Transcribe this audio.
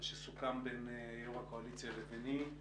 מה שסוכם בין יו"ר הקואליציה לביני,